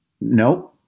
Nope